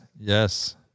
Yes